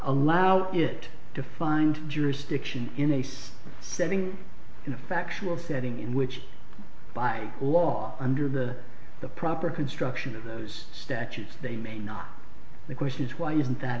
allow it to find jurisdiction in a setting in a factual setting in which by law under the the proper construction of those statutes they may not the question is why isn't that